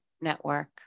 network